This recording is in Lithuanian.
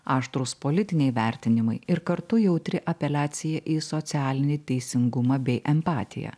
aštrūs politiniai vertinimai ir kartu jautri apeliacija į socialinį teisingumą bei empatiją